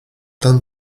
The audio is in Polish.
ten